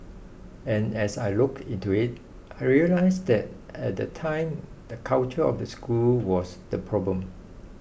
and as I looked into it I realised that at that time the culture of the school was the problem